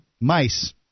mice